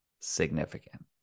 significant